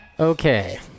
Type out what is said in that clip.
Okay